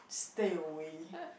stay away